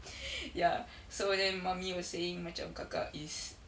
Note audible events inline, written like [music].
[breath] ya so then mummy was saying macam kakak is